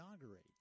inaugurate